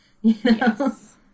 Yes